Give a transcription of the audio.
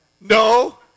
No